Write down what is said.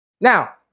Now